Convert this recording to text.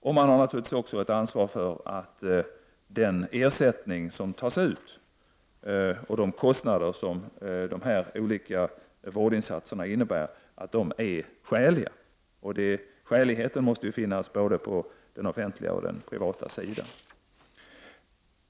Och man har naturligtvis också ett ansvar för att den ersättning som tas ut och de kostnader som olika vårdinsatser innebär är skäliga. Detta gäller både den offentliga och den privata sidan.